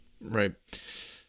Right